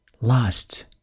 Last